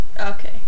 Okay